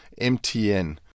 MTN